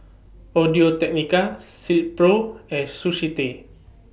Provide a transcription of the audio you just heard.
Audio Technica Silkpro and Sushi Tei